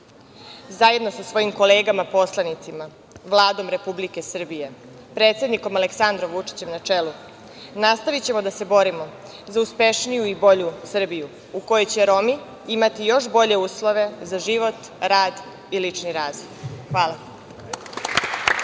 rat. Zajedno sa svojim kolegama poslanicima, Vladom Republike Srbije, predsednikom Aleksandrom Vučićem na čelu, nastavićemo da se borimo za uspešniju i bolju Srbiju u kojoj će Romi imati još bolje uslove za život, rad i lični razvoj. Hvala.